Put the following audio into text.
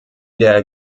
der